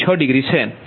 6 degree છે